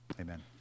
Amen